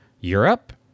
Europe